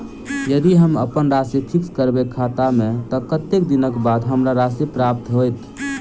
यदि हम अप्पन राशि फिक्स करबै खाता मे तऽ कत्तेक दिनक बाद हमरा राशि प्राप्त होइत?